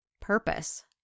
purpose